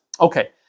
Okay